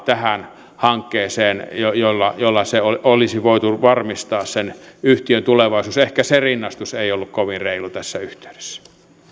tähän hankkeeseen yksityistä rahaa jolla olisi voitu varmistaa sen yhtiön tulevaisuus ehkä se rinnastus ei ollut kovin reilu tässä yhteydessä